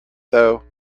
though